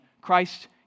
Christ